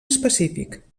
específic